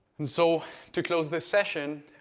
and so to close this session,